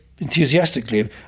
enthusiastically